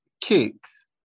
kicks